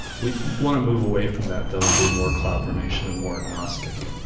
we want to move away from that though and be more cloud formation and more agnostic